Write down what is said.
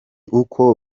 uko